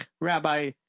Rabbi